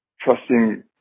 trusting